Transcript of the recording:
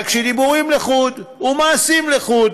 רק שדיבורים לחוד ומעשים לחוד.